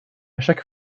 chaque